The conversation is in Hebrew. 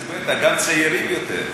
גם צעירים יותר.